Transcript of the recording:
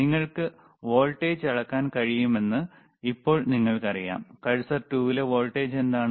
നിങ്ങൾക്ക് വോൾട്ടേജ് അളക്കാൻ കഴിയുമെന്ന് ഇപ്പോൾ നിങ്ങൾക്കറിയാം കഴ്സർ 2 ലെ വോൾട്ടേജ് എന്താണ്